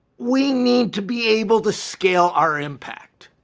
we need to be able to scale our impact.